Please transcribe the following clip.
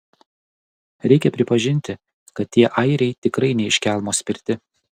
reikia pripažinti kad tie airiai tikrai ne iš kelmo spirti